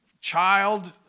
child